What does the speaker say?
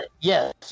Yes